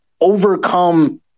overcome